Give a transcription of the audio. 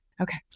Okay